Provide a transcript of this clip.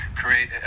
create